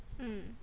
mm